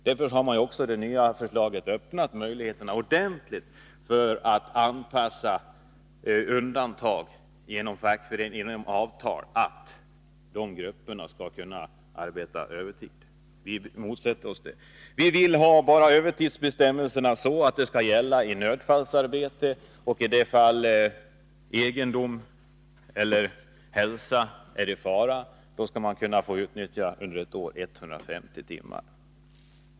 Därför har man med det nya förslaget ökat möjligheterna att ge dispens från reglerna. Vi motsätter oss det. Vi vill att övertid skall få tillgripas endast för nödfallsarbete och då egendom eller hälsa är i fara. Då skall man kunna ta ut övertid under ett år med 150 timmar.